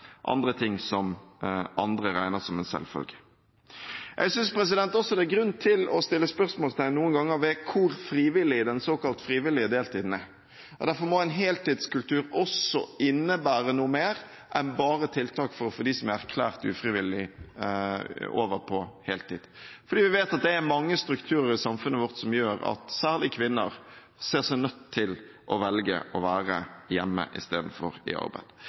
andre ting som andre regner som en selvfølge. Jeg synes også det er grunn til noen ganger å stille spørsmål ved hvor frivillig den såkalt frivillige deltiden er. Derfor må en heltidskultur innebære noe mer enn bare tiltak for å få dem som er erklært ufrivillig på deltid, over på heltid. Vi vet at det er mange strukturer i samfunnet vårt som gjør at særlig kvinner ser seg nødt til å velge å være hjemme istedenfor i arbeid.